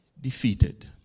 defeated